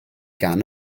gan